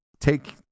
take